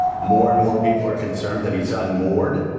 more and more people are concerned that he's unmoored.